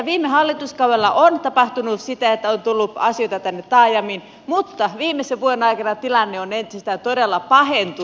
viime hallituskaudella on tapahtunut sitä että on tullut asioita tänne taajamiin mutta viimeisen vuoden aikana tilanne on entisestään todella pahentunut